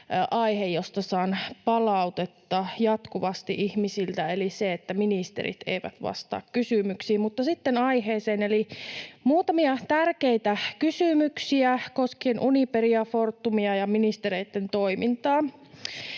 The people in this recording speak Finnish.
aihe, josta saan palautetta jatkuvasti ihmisiltä, eli se, että ministerit eivät vastaa kysymyksiin. Mutta sitten aiheeseen, eli muutamia tärkeitä kysymyksiä koskien Uniperia ja Fortumia ja ministereitten toimintaa.